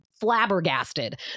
flabbergasted